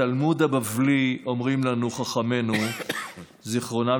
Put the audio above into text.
בתלמוד הבבלי אמרו לנו חכמינו זיכרונם